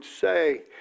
say